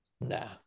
Nah